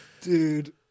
Dude